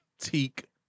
teak